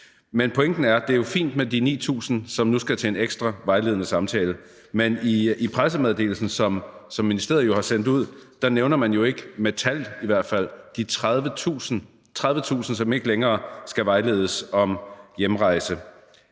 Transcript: Pointen er jo, at det er fint med de 9.000, som nu skal til en ekstra vejledende samtale, men i pressemeddelelsen, som ministeriet har sendt ud, nævner man ikke – i hvert fald med tal – de 30.000, som ikke længere skal vejledes om hjemrejse.